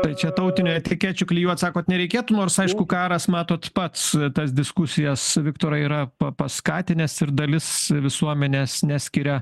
tai čia tautinių etikečių klijuot sakot nereikėtų nors aišku karas matot pats tas diskusijas viktorai yra pa paskatinęs ir dalis visuomenės neskiria